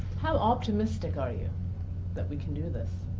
how optimistic are you that we can do this?